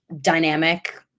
dynamic